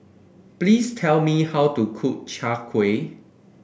please tell me how to cook Chai Kuih